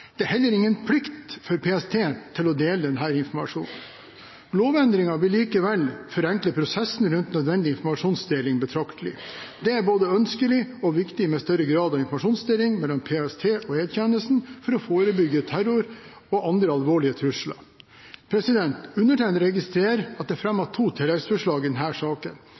Det er heller ingen plikt for PST til å dele denne informasjonen. Lovendringen vil likevel forenkle prosessen rundt nødvendig informasjonsdeling betraktelig. Det er både ønskelig og viktig med større grad av informasjonsdeling mellom PST og E-tjenesten for å forebygge terror og andre alvorlige trusler. Undertegnede registrerer at det er fremmet to tilleggsforslag i denne saken.